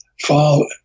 fall